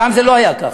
פעם זה לא היה ככה,